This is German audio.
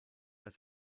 als